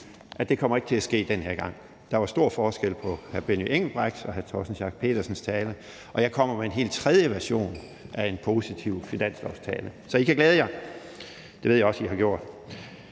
at det ikke kommer til at ske den her gang. Der var stor forskel på hr. Benny Engelbrechts og hr. Torsten Schack Pedersens tale, og jeg kommer med en helt tredje version af en positiv finanslovstale. Så I kan glæde jer. Det ved jeg også I har gjort.